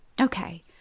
Okay